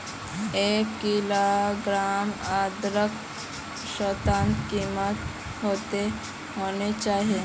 एक किलोग्राम अदरकेर औसतन कीमत कतेक होना चही?